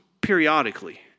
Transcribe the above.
periodically